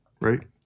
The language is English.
Right